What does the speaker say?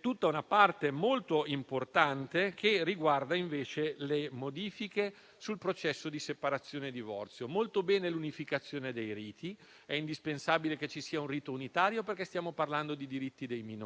tutta una parte molto importante che riguarda invece le modifiche sul processo di separazione e divorzio. È molto positiva l'unificazione dei riti, perché è indispensabile che ci sia un rito unitario in quanto stiamo parlando di diritti dei minori